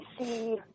see